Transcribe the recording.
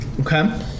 Okay